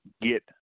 get